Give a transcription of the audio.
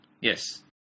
Yes